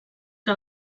que